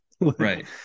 right